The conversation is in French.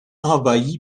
envahi